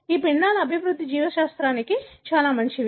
ఈ పిండాలు అభివృద్ధి జీవశాస్త్రానికి చాలా మంచివి